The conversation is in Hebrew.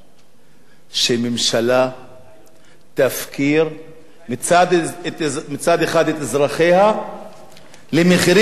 שממשלה תפקיר מצד אחד את אזרחיה למחירים מופקעים,